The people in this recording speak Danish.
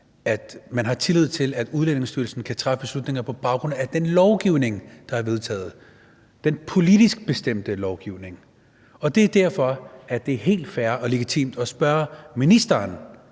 at man har tillid til, at Udlændingestyrelsen kan træffe beslutninger på baggrund af den lovgivning, der er vedtaget, den politisk bestemte lovgivning. Og det er derfor, det er helt fair og legitimt at spørge ministeren